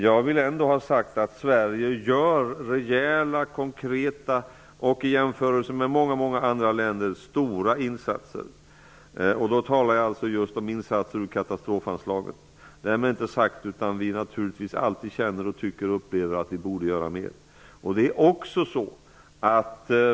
Jag vill ändå ha sagt att Sverige gör rejäla, konkreta och i jämförelse med många andra länder stora insatser ur katastrofanslaget. Därmed är inte sagt att vi inte alltid känner att vi borde göra mer.